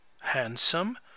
handsome